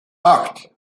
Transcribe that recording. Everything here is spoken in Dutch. acht